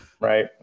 Right